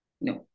No